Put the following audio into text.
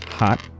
Hot